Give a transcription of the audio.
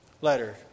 letter